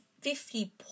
fifty